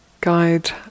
guide